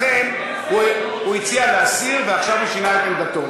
הוא הציע להסיר ועכשיו הוא שינה את עמדתו.